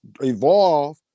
evolve